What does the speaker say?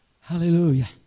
Hallelujah